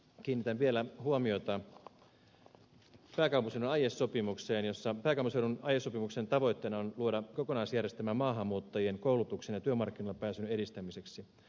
kiinnitän vielä huomiota pääkaupunkiseudun aiesopimukseen jossa tavoitteena on luoda kokonaisjärjestelmä maahanmuuttajien koulutuksen ja työmarkkinoille pääsyn edistämiseksi